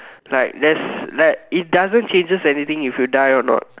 like there's like it doesn't changes anything if you die or not